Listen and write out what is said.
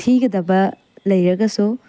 ꯊꯤꯒꯗꯕ ꯂꯩꯔꯒꯁꯨ